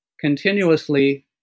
continuously